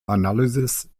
analysis